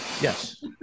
Yes